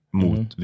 mot